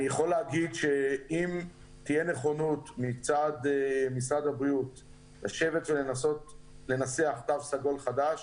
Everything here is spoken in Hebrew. אני יכול להגיד שאם תהיה נכונות מצד משרד הבריאות לנסח תו סגול חדש,